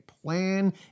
plan